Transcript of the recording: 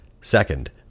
Second